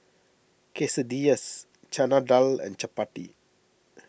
Quesadillas Chana Dal and Chapati